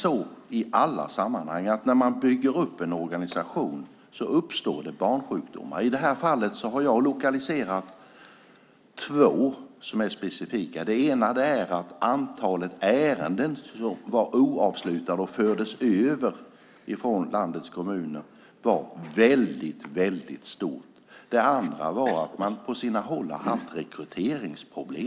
I alla sammanhang när man bygger upp en organisation uppstår det barnsjukdomar. I det här fallet har jag lokaliserat två som är specifika. Det ena är att antalet oavslutade ärenden som förts över från landets kommuner varit mycket stort. Det andra är att man på sina håll haft rekryteringsproblem.